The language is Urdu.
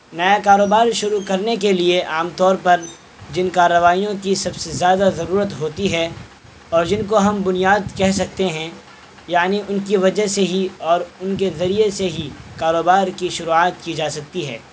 نیا کاروبار شروع کرنے کے لیے عام طور پر جن کارروائیوں کی سب سے زیادہ ضرورت ہوتی ہے اور جن کو ہم بنیاد کہہ سکتے ہیں یعنی ان کی وجہ سے ہی اور ان کے ذریعے سے ہی کاروبار کی شروعات کی جا سکتی ہے